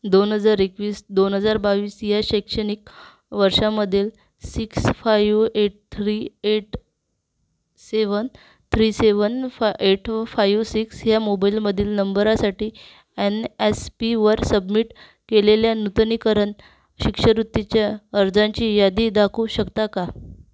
दोन हजार एकवीस दोन हजार बावीस या शैक्षणिक वर्षामधील six five eight three eight seven three seven फा एट टू फाइव सिक्स या मोबाइलमधील नंबरासाठी एन एस पीवर सबमिट केलेल्या नूतनीकरण शिष्यवृत्तीच्या अर्जांची यादी दाखवू शकता का